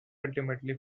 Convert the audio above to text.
ultimately